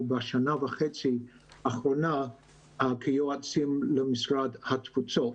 ובשנה וחצי האחרונות כיועצים למשרד התפוצות.